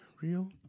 real